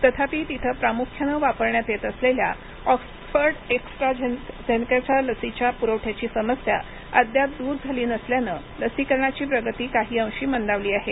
तथापि तिथे प्रामुख्यानं वापरण्यात येत असलेल्या ऑक्सफर्ड एस्ट्राझेनेकाच्या लसीच्या पुरवठ्याची समस्या अद्याप दूर झाली नसल्यानं लसीकरणाची प्रगती काही अंशी मंदावली आहे